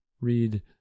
read